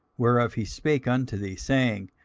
whereof he spake unto thee, saying,